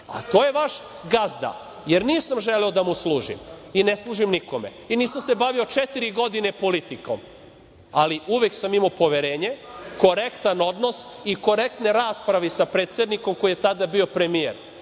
a to je vaš gazda, jer nisam želeo da mu služim, i ne služim nikome, i nisam se bavio četiri godine politikom, ali uvek sam imao poverenje, korektan odnos i korektne rasprave i sa predsednikom, koji je tada bio premijer,